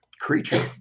creature